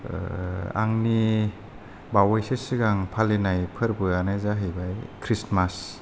आंनि बावयैसो सिगां फालिनाय फोरबोआनो जाहैबाय ख्रिसमाष्ट